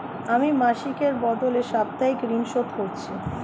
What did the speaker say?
আমি মাসিকের বদলে সাপ্তাহিক ঋন শোধ করছি